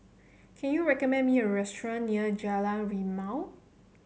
can you recommend me a restaurant near Jalan Rimau